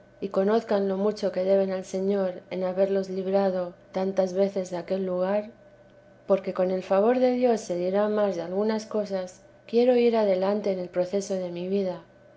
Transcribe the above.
y conozcan lo mucho que deben al señor en haberlos librado tantas veces de aquel lugar porque con el favor de dios se dirá más de algunas cosas quiero ir adelante en el proceso de mi vida